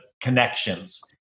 connections